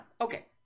Okay